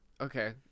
Okay